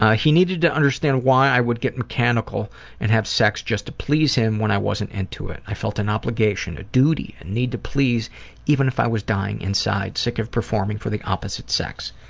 ah he needed to understand why i would get mechanical and have sex just to please him when i wasn't into it. i felt an obligation, a duty, an need to please even if i was dying inside, sick of performing for the opposite sex.